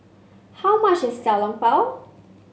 how much is Xiao Long Bao